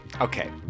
Okay